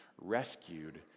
rescued